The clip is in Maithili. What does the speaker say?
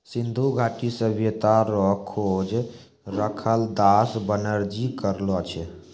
सिन्धु घाटी सभ्यता रो खोज रखालदास बनरजी करलो छै